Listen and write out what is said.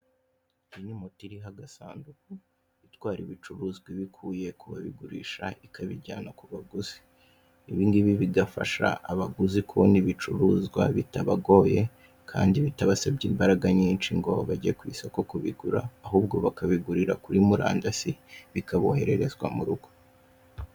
Iyi ni moto iriho agasanduku, itwara ibicuruzwa ibikuye ku babigurisha, ikabijyana ku baguzi, ibi ngibi bigafasha abaguzi kubona ibicuruzwa bitabagoye kandi bitabasabye imbaraga nyinshi ngo bajye ku isoko kubigura, ahubwo bakabigurira kuri murandasi, bikabohererezwa mu rugo.